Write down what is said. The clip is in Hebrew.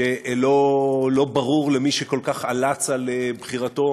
שלא ברור למי שכל כך עלץ על בחירתו